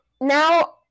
now